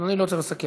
אדוני לא צריך לסכם.